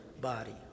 body